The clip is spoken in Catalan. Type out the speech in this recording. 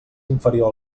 inferior